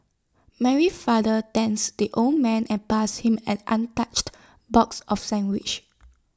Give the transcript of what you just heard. Mary father thanks the old man and passed him an untouched box of sandwiches